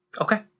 Okay